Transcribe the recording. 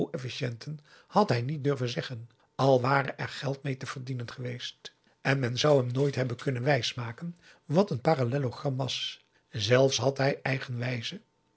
coëfficiënten had hij niet durven zeggen al ware er geld mee te verdienen geweest en men zou hem nooit hebben kunnen wijs maken wat een parallelogram was zelfs had hij eigenwijze